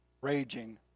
raging